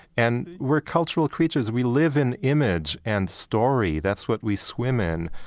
and we're cultural creatures. we live in image and story. that's what we swim in.